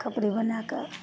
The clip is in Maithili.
खपरी बनैके